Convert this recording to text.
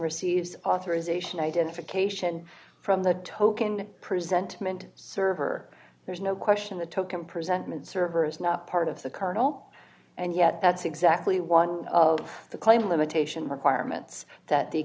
receives authorization identification from the token present moment server there's no question the token presentment server is not part of the kernel and yet that's exactly one of the claimed limitation requirements that the